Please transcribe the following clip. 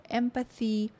empathy